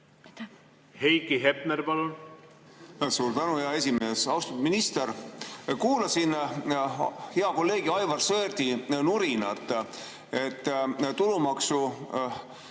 Heiki Hepner, palun! Suur tänu, hea esimees! Austatud minister! Kuulasin hea kolleegi Aivar Sõerdi nurinat, et tulumaksuseadus